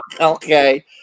Okay